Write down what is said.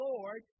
Lord